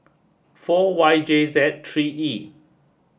four Y J Z three E